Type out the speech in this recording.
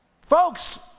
Folks